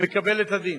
מקבל את הדין.